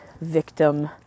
victim